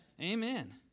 Amen